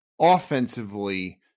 offensively